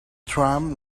tram